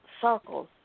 circles